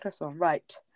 right